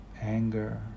anger